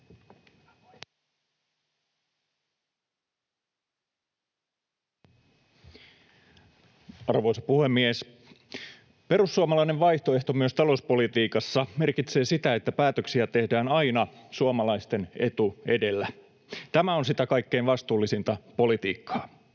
Arvoisa puhemies! Perussuomalainen vaihtoehto myös talouspolitiikassa merkitsee sitä, että päätöksiä tehdään aina suomalaisten etu edellä. Tämä on sitä kaikkein vastuullisinta politiikkaa.